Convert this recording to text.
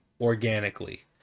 organically